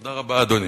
תודה רבה, אדוני.